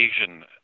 Asian